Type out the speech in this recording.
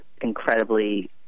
incredibly